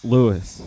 Lewis